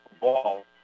ball